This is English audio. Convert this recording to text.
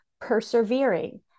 persevering